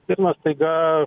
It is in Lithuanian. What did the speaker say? stirna staiga